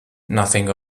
nothing